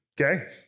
okay